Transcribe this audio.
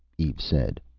eve said.